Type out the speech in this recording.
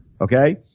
Okay